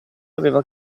aveva